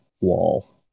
wall